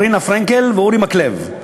רינה פרנקל ואורי מקלב,